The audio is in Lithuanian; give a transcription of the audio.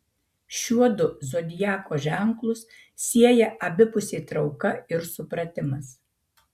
šiuodu zodiako ženklus sieja abipusė trauka ir supratimas